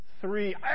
three